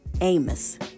Amos